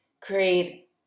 create